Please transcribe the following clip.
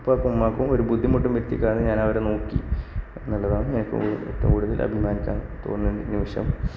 ഉപ്പായ്ക്കും ഉമ്മായ്ക്കും ഒര് ബുദ്ധിമുട്ടും വരുത്തിയില്ല കാരണം ഞാനവരെ നോക്കി എന്നുള്ളതാണ് ഏറ്റവുംകൂടുതല് അഭിമാനിക്കാൻ തോന്നിയ നിമിഷം